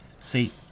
See